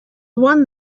one